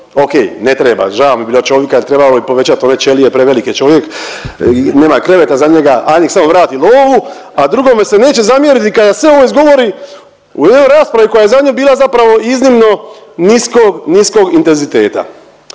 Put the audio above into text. ok, ne treba žao mi bilo čovika trebalo bi povećat one ćelije prevelik je čovjek i nema kreveta za njega ajd nek samo vrati lovu, a drugom se neće zamjeriti kada sve ovo izgovori u jednoj raspravi koja je za nju bila zapravo iznimno niskog, niskog intenziteta.